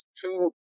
Two